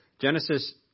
Genesis